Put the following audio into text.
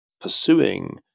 pursuing